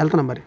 వెళుతున్న మరి